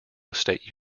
state